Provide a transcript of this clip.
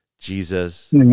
Jesus